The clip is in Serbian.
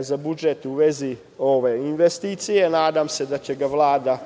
za budžet u vezi ove investicije. Nadam se da će ga Vlada